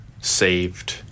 saved